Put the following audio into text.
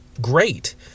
great